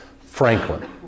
Franklin